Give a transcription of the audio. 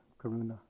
karuna